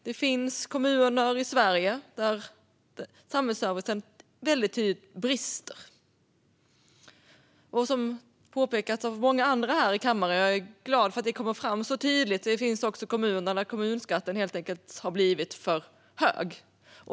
Det finns kommuner i Sverige där samhällsservicen väldigt tydligt brister. Som påpekats av många här i kammaren - jag är glad över att detta kommer fram så tydligt - finns det också kommuner där kommunalskatten har blivit för hög.